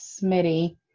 Smitty